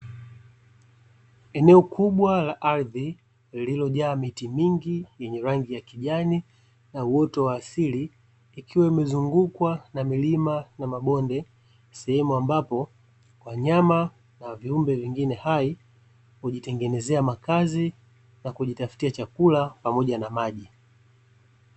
Eneo kubwa la ardhi lililojaa miti mingi lenye rangi ya kijani na uoto wa asili likiwa limezungukwa na milima na mabonde, sehemu ambapo wanyama na viumbe vingine hai hujitengenezea makazi na kujitafutia chakula pamoja na maji.